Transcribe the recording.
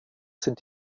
sind